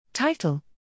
Title